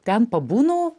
ten pabūnu